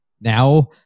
now